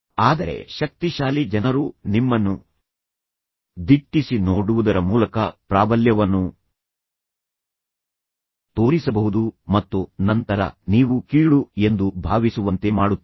ಆದರೆ ಶಕ್ತಿಶಾಲಿ ಜನರು ನಿಮ್ಮನ್ನು ದಿಟ್ಟಿಸಿ ನೋಡುವುದರ ಮೂಲಕ ಪ್ರಾಬಲ್ಯವನ್ನು ತೋರಿಸಬಹುದು ಮತ್ತು ನಂತರ ನೀವು ಕೀಳು ಎಂದು ಭಾವಿಸುವಂತೆ ಮಾಡುತ್ತಾರೆ